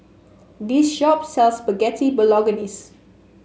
this shop sells Spaghetti Bolognese